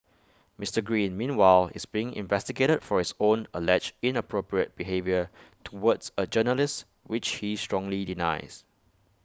Mister green meanwhile is being investigated for his own alleged inappropriate behaviour towards A journalist which he strongly denies